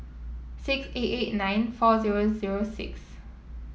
six eight eight nine four zero zero six